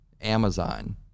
Amazon